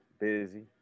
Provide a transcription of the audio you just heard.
busy